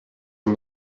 ein